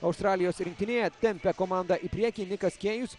australijos rinktinėje tempia komandą į priekį nikas kėjus